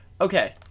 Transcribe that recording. Okay